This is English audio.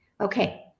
okay